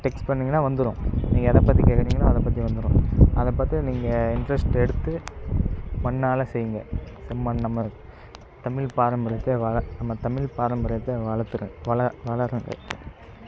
text பன்னிங்கன்னா வந்துரும் நீங்கள் எதை பற்றி கேட்குறீங்களோ அதை பற்றி வந்துரும் அதை பற்றி நீங்கள் இன்ட்ரெஸ்ட் எடுத்து மண்ணால் செய்ங்க செம்மண் நம்ம தமிழ் பாரம்பரியமிக்க வள நம்ம தமிழ் பாரம்பரித்தை வளர்த்துற வள வளர்றது